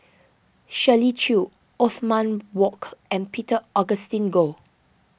Shirley Chew Othman Wok and Peter Augustine Goh